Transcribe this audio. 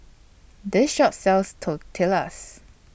This Shop sells Tortillas